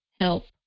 help